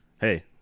Hey